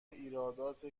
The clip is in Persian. ایرادات